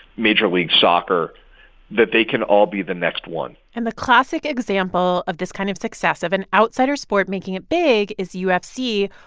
major league soccer that they can all be the next one and the classic example of this kind of success of an outsider sport making it big is ufc,